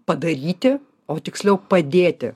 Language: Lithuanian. padaryti o tiksliau padėti